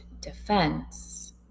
defense